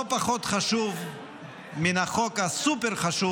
זה לא פחות חשוב מן החוק הסופר-חשוב